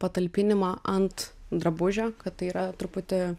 patalpinimą ant drabužio kad tai yra truputį